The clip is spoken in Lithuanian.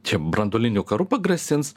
čia branduoliniu karu pagrasins